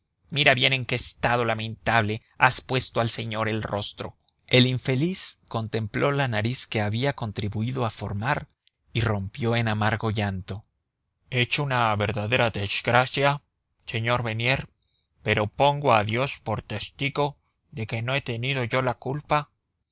mira bien en qué estado lamentable has puesto al señor el rostro el infeliz contempló la nariz que había contribuido a formar y rompió en amargo llanto es una verdadera desgracia señor bernier pero pongo a dios por testigo de que no he tenido yo la culpa